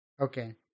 Okay